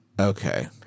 Okay